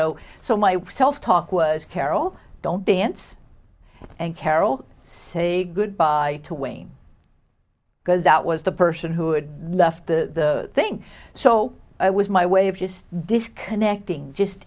know so my self talk was carol don't dance and carol say good bye to wayne because that was the person who would nuff the thing so i was my way of just disconnecting just